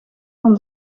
van